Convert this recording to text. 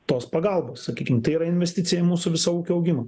tos pagalbos sakykim tai yra investicija į mūsų visą ūkio augimą